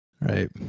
right